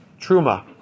Truma